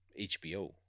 HBO